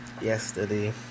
yesterday